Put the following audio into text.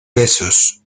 besos